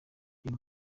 uyu